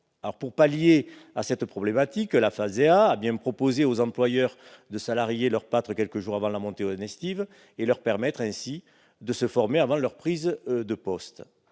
Pour pallier cette difficulté, le FAFSEA a bien proposé aux employeurs de salarier leurs pâtres quelques jours avant la montée en estive afin de leur permettre de se former avant leur prise de poste.